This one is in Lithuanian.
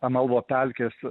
amalvo pelkės